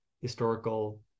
historical